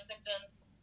symptoms